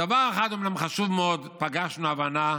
"בדבר אחד, אומנם חשוב מאוד, פגשנו הבנה"